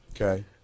okay